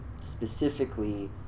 specifically